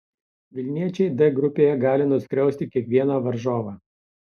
vilniečiai d grupėje gali nuskriausti kiekvieną varžovą